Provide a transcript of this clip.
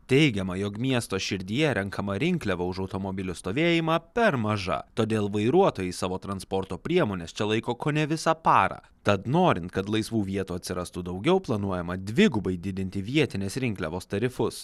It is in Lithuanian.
teigiama jog miesto širdyje renkama rinkliava už automobilio stovėjimą per maža todėl vairuotojai savo transporto priemones čia laiko kone visą parą tad norint kad laisvų vietų atsirastų daugiau planuojama dvigubai didinti vietinės rinkliavos tarifus